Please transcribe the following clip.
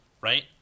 Right